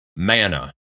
Manna